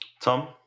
Tom